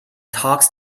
talks